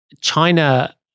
China